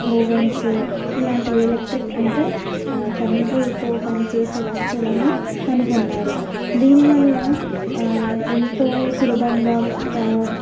ovens ఇలాంటివి electric అంటే కరెంటుతో పని చేసే వస్తువులను కనుగొన్నారు దీనివల్ల ఎంతో సులభంగా కా